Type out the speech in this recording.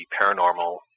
paranormal